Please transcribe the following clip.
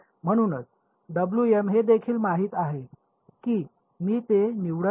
म्हणूनच हे देखील माहित आहे की मी ते निवडत आहे